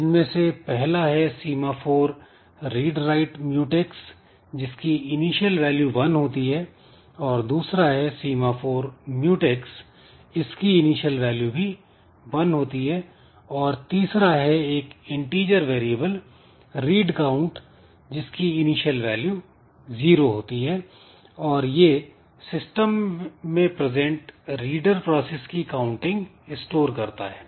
जिनमें से पहला है semaphore "read write mutex" जिसकी इनिशियल वैल्यू वन होती है दूसरा है सीमाफोर म्यूटैक्स इसकी इनिशियल वैल्यू भी 1 होती है और तीसरा है एक इंटीज़र वेरिएबल "रीड काउंट" जिसकी इनिशियल वैल्यू जीरो होती है और यह सिस्टम में प्रजेंट रीडर प्रोसेस की काउंटिंग स्टोर करता है